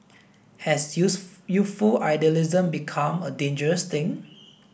has youth youthful idealism become a dangerous thing